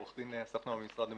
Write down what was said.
עו"ד אסף נועם ממשרד המשפטים,